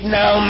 now